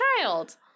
child